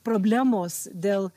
problemos dėl